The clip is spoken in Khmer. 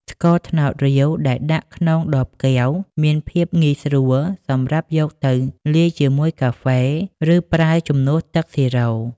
ស្ករត្នោតរាវដែលដាក់ក្នុងដបកែវ មានភាពងាយស្រួលសម្រាប់យកទៅលាយជាមួយកាហ្វេ ឬប្រើជំនួសទឹកស៊ីរ៉ូ។